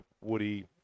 woody